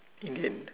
Indian